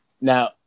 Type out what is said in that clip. Now